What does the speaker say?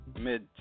Mid